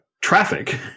traffic